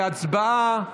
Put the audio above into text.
להצבעה.